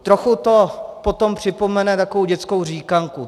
Trochu to potom připomene takovou dětskou říkanku.